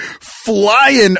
flying